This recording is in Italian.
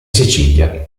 sicilia